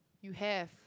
you have